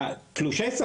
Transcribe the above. תכף נדבר על זה.